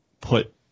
put